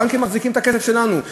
הבנקים מחזיקים את הכסף שלנו,